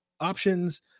options